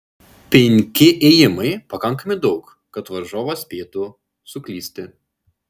penki ėjimai pakankamai daug kad varžovas spėtų suklysti